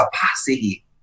capacity